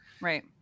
Right